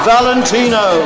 Valentino